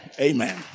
Amen